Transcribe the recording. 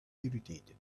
irritated